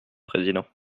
président